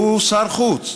הוא שר חוץ,